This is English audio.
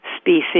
species